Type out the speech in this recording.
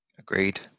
Agreed